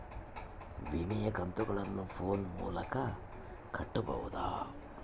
ವಿಮೆಯ ಕಂತುಗಳನ್ನ ಫೋನ್ ಮೂಲಕ ಕಟ್ಟಬಹುದಾ?